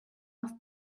off